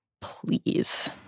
please